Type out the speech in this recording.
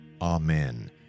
Amen